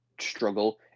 struggle